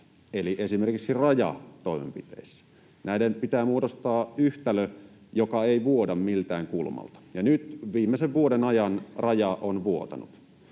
eli esimerkiksi rajatoimenpiteissä. Näiden pitää muodostaa yhtälö, joka ei vuoda miltään kulmalta, ja nyt viimeisen vuoden ajan raja on vuotanut.